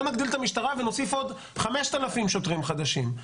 בואו נגדיל את המשטרה ונוסיף עוד 5,000 שוטרים חדשים.